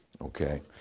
Okay